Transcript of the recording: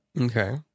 Okay